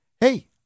Hey